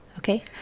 Okay